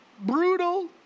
brutal